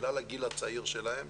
בגלל הגיל הצעיר שלהם,